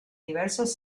diversos